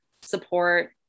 support